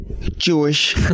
Jewish